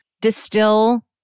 distill